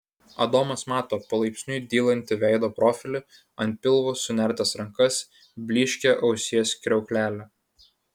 adomas mato palaipsniui dylantį veido profilį ant pilvo sunertas rankas blyškią ausies kriauklelę